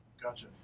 Gotcha